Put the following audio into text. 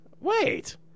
wait